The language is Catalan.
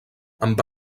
amb